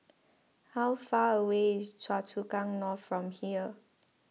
how far away is Choa Chu Kang North from here